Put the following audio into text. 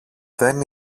δεν